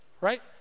right